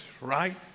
right